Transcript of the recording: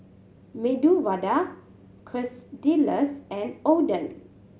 Medu Vada Quesadillas and Oden